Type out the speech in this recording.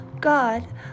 God